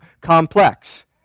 complex